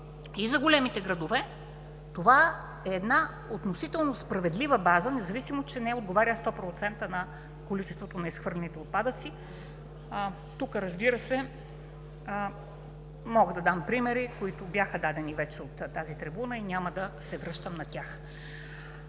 и за големите градове това е една относително справедлива база, независимо че не отговаря на 100% на количеството на изхвърлените отпадъци. Тук, разбира се, мога да дам примери, които бяха дадени вече от тази трибуна и няма да се връщам на тях.